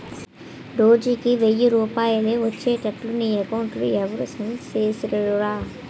రోజుకి ఎయ్యి రూపాయలే ఒచ్చేట్లు నీ అకౌంట్లో ఎవరూ సెట్ సేసిసేరురా